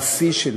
בשיא שלהם.